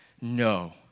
no